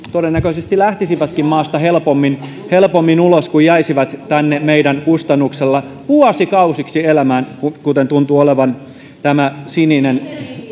todennäköisesti vapaaehtoisesti lähtisivätkin maasta helpommin helpommin ulos kuin jäisivät tänne meidän kustannuksellamme vuosikausiksi elämään kuten tuntuu tämä sininen